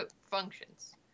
functions